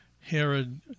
Herod